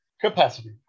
capacity